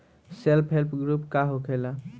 Self help group का होखेला?